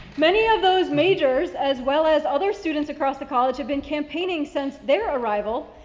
many of those majors as well as other students across the college had been campaigning since their arrival.